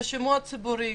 שימוע ציבורי,